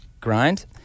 grind